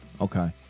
Okay